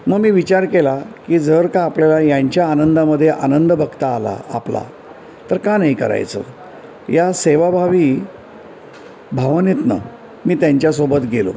मग मी विचार केला की जर का आपल्याला यांच्या आनंदामधे आनंद बघता आला आपला तर का नाही करायचं या सेवाभावी भावनेतून मी त्यांच्यासोबत गेलो